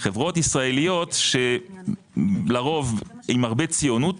חברות ישראליות שלרוב עם הרבה ציונות